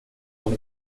one